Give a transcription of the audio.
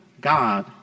God